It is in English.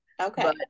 Okay